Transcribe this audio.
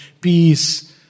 peace